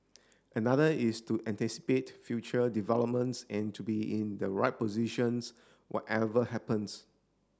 another is to anticipate future developments and to be in the right positions whatever happens